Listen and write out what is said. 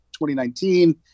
2019